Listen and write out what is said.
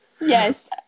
Yes